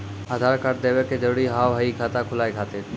आधार कार्ड देवे के जरूरी हाव हई खाता खुलाए खातिर?